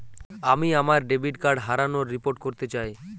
আমি আমার debit card হারানোর রিপোর্ট করতে চাই